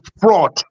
fraud